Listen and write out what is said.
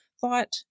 thought